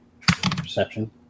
perception